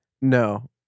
No